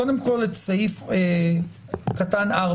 קודם כול, בפסקה (4),